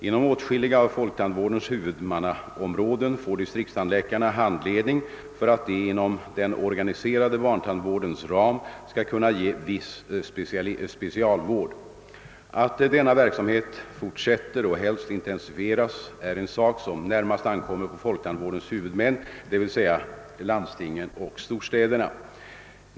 Inom åtskilliga av folktandvårdens huvudmannaområden får distriktstandläkarna handledning för att de inom den organiserade barntandvårdens ram skall kunna ge viss specialvård. Att denna verksamhet fortsätter och helst intensifieras är en sak som närmast ankommer på folktandvårdens huvudmän, d.v.s. landstingen och storstäderna.